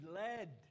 led